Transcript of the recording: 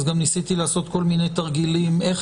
אז גם ניסיתי לעשות כל מיני תרגילים איך